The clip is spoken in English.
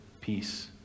peace